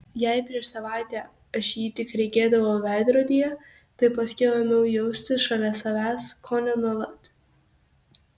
jei prieš savaitę aš jį tik regėdavau veidrodyje tai paskiau ėmiau jausti šalia savęs kone nuolat